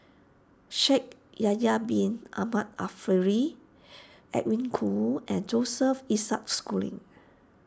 Shaikh Yahya Bin Ahmed Afifi Edwin Koo and Joseph Isaac Schooling